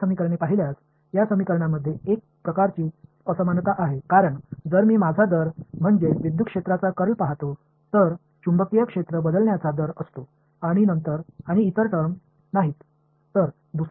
இந்த சமன்பாடுகளில் ஒருவித சமச்சீரற்ற தன்மை உள்ளது ஏனென்றால் நான் விகிதத்தைப் பார்த்தால் மின்சார புலத்தின் கர்ல் குறிக்கிறது காந்தப்புலத்தின் மாற்ற விகிதம் உள்ளது வேறு எந்த வெளிப்பாடும் இல்லை